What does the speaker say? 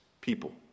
people